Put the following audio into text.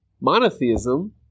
monotheism